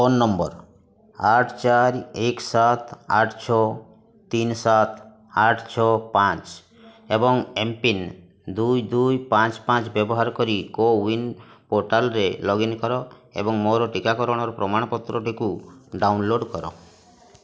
phone number ଆଠ ଚାରି ଏକ ସାତ ଆଠ ଛଅ ତିନି ସାତ ଆଠ ଛଅ ପାଞ୍ଚ ଏବଂ ଏମ୍ପିନ୍ ଦୁଇ ଦୁଇ ପାଞ୍ଚ ପାଞ୍ଚ ବ୍ୟବହାର କରି କୋୱିନ୍ ପୋର୍ଟାଲ୍ରେ ଲଗ୍ଇନ୍ କର ଏବଂ ମୋର ଟିକାକରଣର ପ୍ରମାଣପତ୍ରଟିକୁ ଡାଉନଲୋଡ଼୍ କର